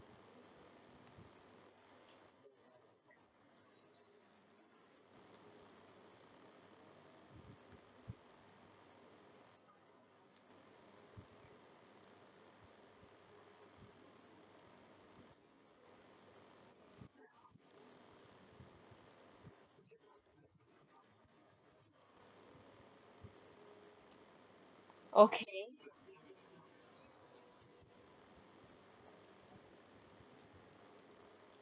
okay